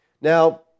Now